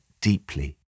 deeply